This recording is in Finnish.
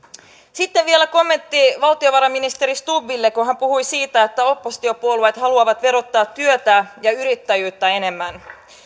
sitten vielä kommentti valtiovarainministeri stubbille kun hän puhui siitä että oppositiopuolueet haluavat verottaa työtä ja yrittäjyyttä enemmän